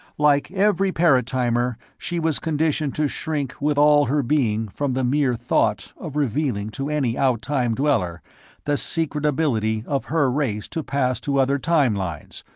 like every paratimer, she was conditioned to shrink with all her being from the mere thought of revealing to any out-time dweller the secret ability of her race to pass to other time-lines,